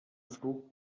flug